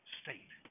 state